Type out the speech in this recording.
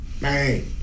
Man